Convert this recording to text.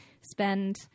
spend